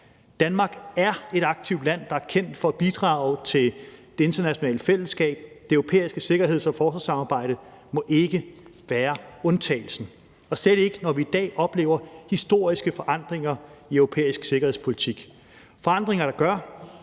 Danmark er et aktivt land, der er kendt for at bidrage til det internationale fællesskab, og det europæiske sikkerheds- og forsvarssamarbejde må ikke være undtagelsen – og slet ikke, når vi i dag oplever historiske forandringer i europæisk sikkerhedspolitik, forandringer, der gør,